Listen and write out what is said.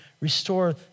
restore